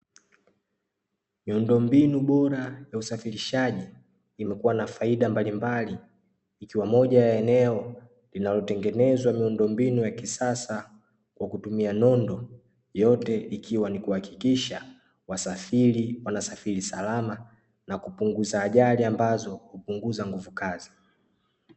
Miundombinu bora ya usafirishaji, imekuwa na faida mbalimbali, ikiwa moja ya eneo linalotengenezwa miundombinu ya kisasa kwa kutumia nondo, yote ikiwa ni kuhakikisha wasafiri wanasafiri salama na kupunguza ajali ambazo hupunguza nguvu kazi.